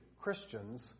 Christians